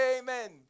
amen